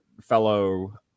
fellow